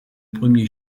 premier